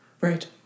Right